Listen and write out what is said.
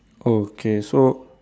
oh okay so